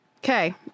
okay